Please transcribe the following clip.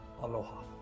aloha